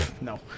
No